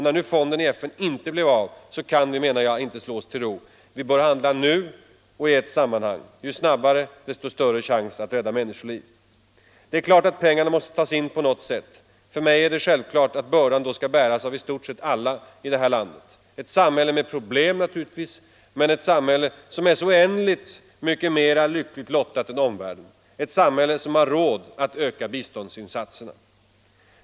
När nu fonden i FN inte blev av så kan vi, menar jag, inte slå oss till ro. Vi bör handla nu och i ett sammanhang. Ju snabbare, desto större chans att rädda människoliv. Det är klart att pengarna måste tas in på något sätt. För mig är det självklart att bördan då skall bäras av i stort sett alla i det här samhället, ett samhälle med problem naturligtvis men ett samhälle som är så oändligt mycket mera lyckligt lottat än omvärlden, ett samhälle som har råd att öka biståndsinsatserna.